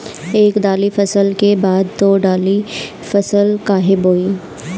एक दाली फसल के बाद दो डाली फसल काहे बोई?